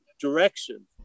direction